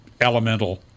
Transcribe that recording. elemental